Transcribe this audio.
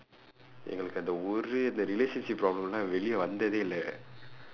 எங்களுக்கு அந்த ஒரு:engkalukku andtha oru relationship problem எல்லாம் வந்ததே இல்ல:ellaam vandthathee illa